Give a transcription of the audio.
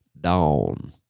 Dawn